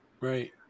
right